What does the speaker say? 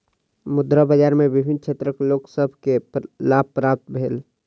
मुद्रा बाजार में विभिन्न क्षेत्रक लोक सभ के लाभ प्राप्त भेल